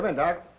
but doc.